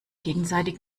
gegenseitig